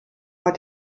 war